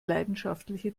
leidenschaftliche